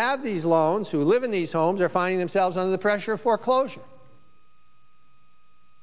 had these loans who live in these homes are finding themselves on the pressure of foreclosure